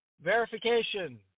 verification